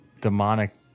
demonic